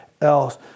else